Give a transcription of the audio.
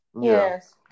Yes